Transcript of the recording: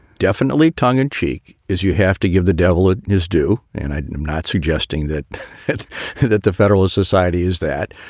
definitely tongue in cheek is you have to give the devil ah his due. and i am not suggesting that it's that the federalist society is that.